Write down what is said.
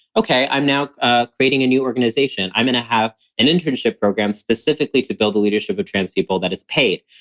ok, i'm now ah creating a new organization. i'm going to have an internship program specifically to build the leadership of trans people that is paid.